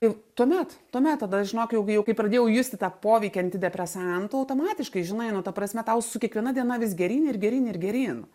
jau tuomet tuomet tada žinok jau kai jau pradėjau justi tą poveikį antidepresantų automatiškai žinai nu ta prasme tau su kiekviena diena vis geryn ir geryn ir geryn